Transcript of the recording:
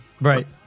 right